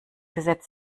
gesetz